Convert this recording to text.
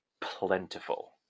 plentiful